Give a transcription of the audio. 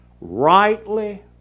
rightly